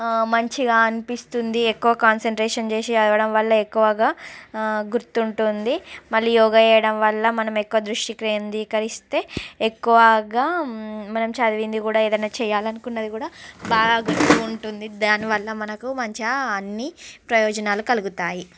మంచిగా అనిపిస్తుంది ఎక్కువ కాన్సన్ట్రేషన్ చేసి చదవడం వల్ల ఎక్కువగా గుర్తు ఉంటుంది మళ్ళీ యోగా చేయటం వల్ల మనం ఎక్కువ దృష్టి కేంద్రీకరిస్తే ఎక్కువగా మనం చదివింది కూడా ఏదైనా చేయాలి అనుకున్నది కూడా బాగా ఉంటుంది దానివల్ల మనకు మంచిగా అన్నీ ప్రయోజనాలు కలుగుతాయి